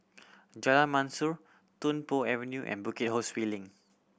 Jalan Mashor Tung Po Avenue and Bukit Ho Swee Link